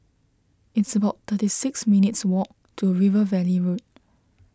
it's about thirty six minutes' walk to River Valley Road